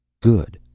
good.